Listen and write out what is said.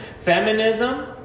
feminism